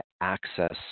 access